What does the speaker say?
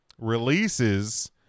releases